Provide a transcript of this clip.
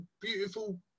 beautiful